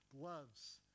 gloves